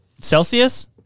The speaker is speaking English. Celsius